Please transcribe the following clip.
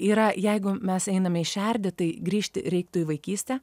yra jeigu mes einam į šerdį tai grįžti reiktų į vaikystę